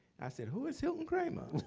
i said, who is hilton kramer?